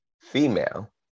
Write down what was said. female